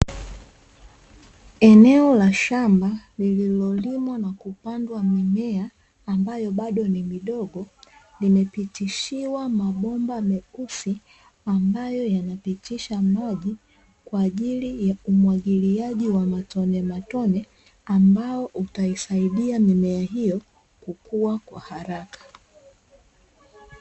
Eneo la shamba lililolimwa na kupandwa mimea ambayo bado ni midogo, limepitishiwa mabomba meusi, ambayo yanapitisha maji kwa ajili ya umwagiliaji wa matonematone, ambao utaisaidia mimea hiyo kukua kwa haraka.